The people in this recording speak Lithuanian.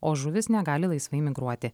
o žuvys negali laisvai migruoti